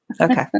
Okay